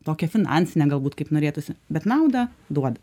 tokią finansinę galbūt kaip norėtųsi bet naudą duoda